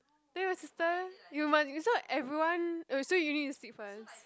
that was his turn you must you so everyone oh so you need to speak first